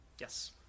Yes